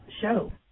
Show